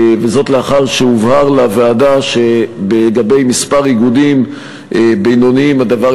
וזאת לאחר שהובהר לוועדה שלגבי מספר איגודים בינוניים הדבר